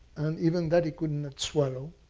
and even that he could not swallow.